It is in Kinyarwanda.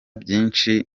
byinshi